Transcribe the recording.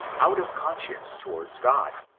out of con science towards god.